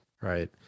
Right